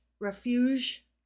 refuge